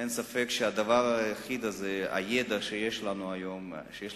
אין ספק שהדבר היחיד הזה, הידע שיש לנו בראש,